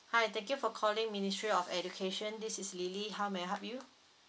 hi thank you for calling ministry of education this is lily how may I help you